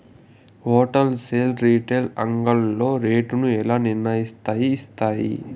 Whole sale retail అంగడ్లలో rate ను ఎలా నిర్ణయిస్తారు యిస్తారు?